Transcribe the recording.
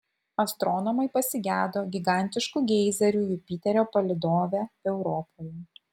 astronomai pasigedo gigantiškų geizerių jupiterio palydove europoje